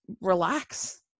relax